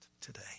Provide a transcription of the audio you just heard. today